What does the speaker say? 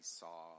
saw